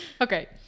Okay